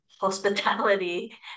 hospitality